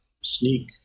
sneak